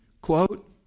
quote